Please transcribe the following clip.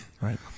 Right